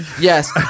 yes